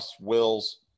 wills